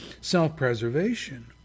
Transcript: self-preservation